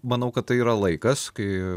manau kad tai yra laikas kai